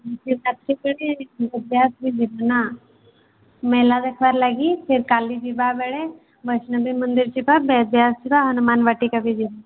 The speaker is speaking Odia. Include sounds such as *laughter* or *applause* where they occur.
*unintelligible* ବେଦବ୍ୟାସ ନା ମେଲା ଦେଖିବାର୍ ଲାଗି ଫେର୍ କାଲି ଯିବାବେଳେ ବୈଷ୍ଣବି ମନ୍ଦିର୍ ଯିବା ବେଦବ୍ୟାସ ଯିବା ହନୁମାନ ବାଟିକା ବି ଯିବା